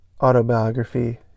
autobiography